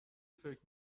فکر